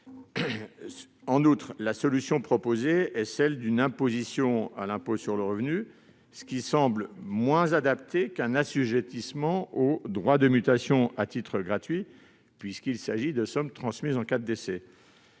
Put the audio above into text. En outre, la solution proposée est celle d'une imposition à l'impôt sur le revenu, ce qui semble moins adapté qu'un assujettissement aux droits de mutation à titre gratuit, puisqu'il s'agit de sommes transmises en cas de décès.